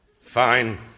Fine